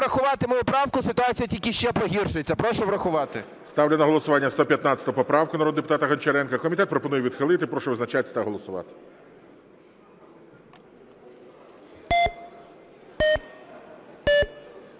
врахувати мою правку, ситуація тільки ще погіршиться. Прошу врахувати. ГОЛОВУЮЧИЙ. Ставлю на голосування 115 поправку народного депутата Гончаренка. Комітет пропонує відхилити. Прошу визначатись та голосувати.